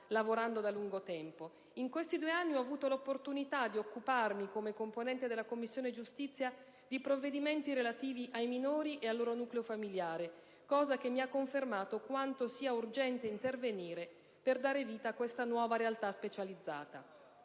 lavorando da lungo tempo. In questi due anni ho avuto l'opportunità di occuparmi come componente della Commissione giustizia di provvedimenti relativi ai minori ed al loro nucleo familiare, cosa che mi ha confermato quanto sia urgente intervenire per dare vita a questa nuova realtà specializzata.